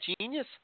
genius